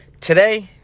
today